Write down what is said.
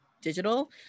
digital